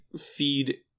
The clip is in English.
feed